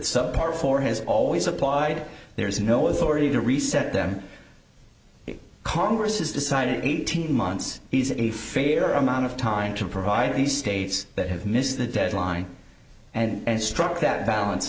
t part for has always applied there is no authority to reset them congress has decided eighteen months is a fair amount of time to provide the states that have missed the deadline and struck that balance